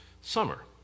summer